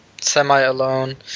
semi-alone